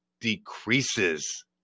decreases